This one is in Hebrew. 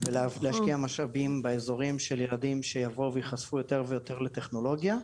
ולהשקיע משאבים באזורים של ילדים שיבואו ויחשפו יותר ויותר לטכנולוגיה.